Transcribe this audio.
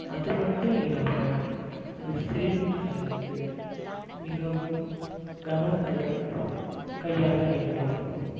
அதுமட்டும் இல்லாமல் இந்தச் சிலிண்டர்களை வந்து மிகவும் கவனத்துடன் கையாள வேண்டும்